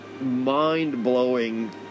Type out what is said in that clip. mind-blowing